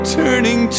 turning